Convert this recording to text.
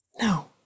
no